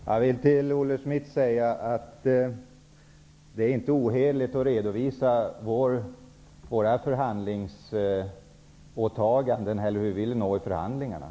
Herr talman! Låt mig säga till Olle Schmidt att det inte är ohederligt att redovisa våra förhandlingsåtaganden och vart vi vill nå i förhandlingarna.